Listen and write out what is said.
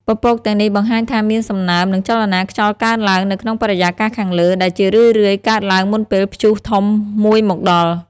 ពពកទាំងនេះបង្ហាញថាមានសំណើម និងចលនាខ្យល់កើនឡើងនៅក្នុងបរិយាកាសខាងលើ ដែលជារឿយៗកើតឡើងមុនពេលព្យុះធំមួយមកដល់។